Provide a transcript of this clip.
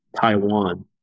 Taiwan